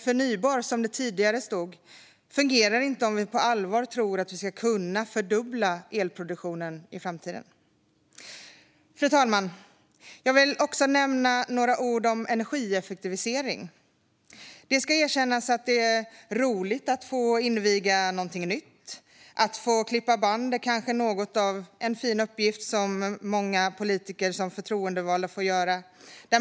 "Förnybar", som det tidigare stod, fungerar inte om vi på allvar tror att vi ska kunna fördubbla elproduktionen i framtiden. Fru talman! Jag vill också säga några ord om energieffektivisering. Det ska erkännas att det är roligt att få inviga något nytt. Att klippa band är en fin uppgift som många politiker får som förtroendevalda.